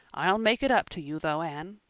i'll make it up to you though, anne.